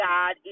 God